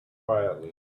quietly